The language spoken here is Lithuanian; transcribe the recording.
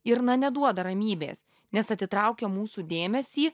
ir na neduoda ramybės nes atitraukia mūsų dėmesį